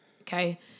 Okay